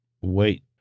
wait